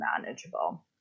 manageable